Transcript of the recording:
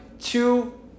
two